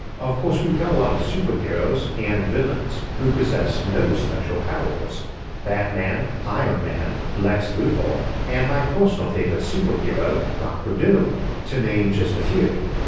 of course we've got a lot of superheroes, and villains, who possess no special powers batman, iron man, lex luthor, and my personal favorite superhero, dr. doom to name just a few,